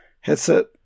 headset